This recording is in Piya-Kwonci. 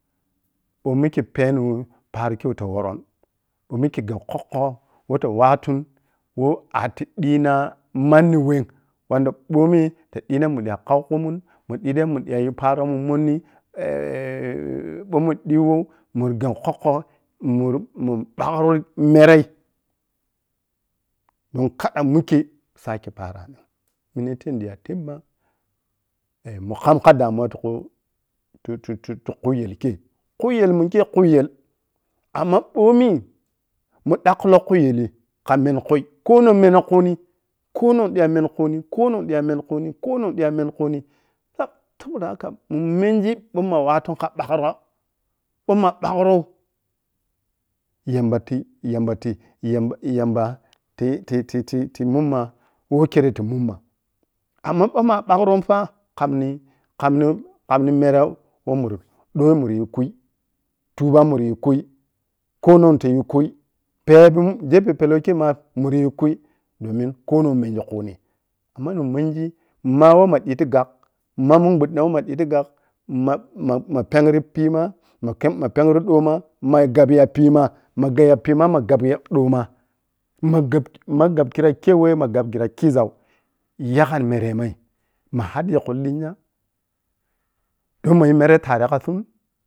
Ɓou mikke pɛnou parokei wei tawon ma mikkei gab khokko ta wattun woh atii ƌiina manni wem wanƌa ɓomi ta diina munda kau khumun munƌi tiyai mun dayi paro mun monni ɓo mi mun diiwou mun gabbi khokko mur-mun ɓangii merei dun kada wikei saka paranim minatei niƌa tebma mun kam ka damuwa tukhu tu-tu-tukhuye i kei, khuyel munkei khuyel amma bomi mun ƌakkule klw yeli kha menikhui konong meni khuni konong diya a’n men khuni-konong diya an meni khuni-toh! Sabodahaka munmengi ɓou ma wattun cha ɓagkhro ɓou ma bayrou yamba tii-yamba tii-yamba tii-yamba tii-yamba-yamba ti tii-ti-ti-tii munma woh kereti munma amma ɓou ma ɓagkhrom fa kamni-kamni-kamni mere who ƌoi munda wara yu kui, tuuba munra yu kui, konong tiyu kui pɛɛp mun gepe pellou kei ma munriyu kui domin konong mengi khuni ammani mengi ma wehma ƌigti gagh mamun ɓuddina weh ma ƌigi-tii gagh ma-ma-ma pɛngri piyma makem, mapɛengri ƌoma ma gabbi ya piyma ma gabbi ya piyma ma gabbi ya ƌoma ma gab-ma gabbi khira kenwe ma gabbi khira khizau yagan mere ma’n mahaƌƌigi khu lenya don ma yu mere kha tare khatsuna